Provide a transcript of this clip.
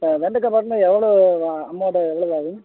இப்போ வெண்டக்காய் போட்டோன்னா எவ்வளோ ஆ அமௌண்ட் எவ்வளவு ஆகும்